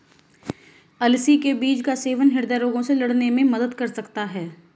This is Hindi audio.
अलसी के बीज का सेवन हृदय रोगों से लड़ने रोकने में मदद कर सकता है